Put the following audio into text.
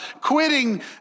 quitting